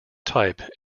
type